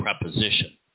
preposition